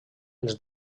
els